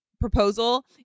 proposal